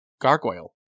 gargoyle